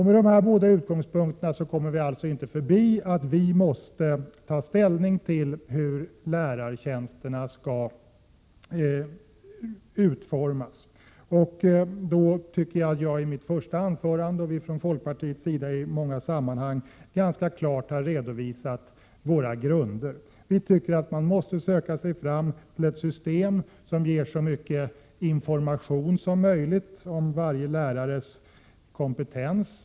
Med dessa båda förhållanden som utgångspunkt kommer vi alltså inte ifrån att vi måste ta ställning till frågan om lärartjänsternas utformning. I mitt inledningsanförande har jag, liksom vi i folkpartiet i många sammanhang har gjort, klart redovisat våra grunder. Vi tycker att man måste söka sig fram till ett system som ger så mycket information som möjligt om varje lärares kompetens.